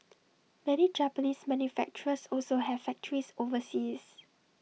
many Japanese manufacturers also have factories overseas